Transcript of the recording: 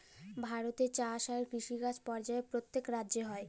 ভারতে চাষ আর কিষিকাজ পর্যায়ে প্যত্তেক রাজ্যে হ্যয়